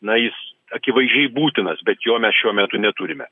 na jis akivaizdžiai būtinas bet jo mes šiuo metu neturime